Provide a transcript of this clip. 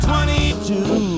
Twenty-two